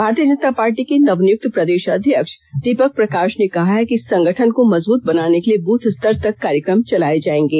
भारतीय जनता पार्टी के नवनियुक्त प्रदेष अध्यक्ष दीपक प्रकाष ने कहा है कि संगठन को मजबूत बनाने के लिए बूथ स्तर तक कार्यकम चलाये जायेंगे